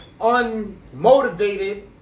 unmotivated